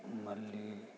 మళ్ళీ